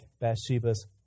Bathsheba's